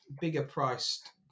bigger-priced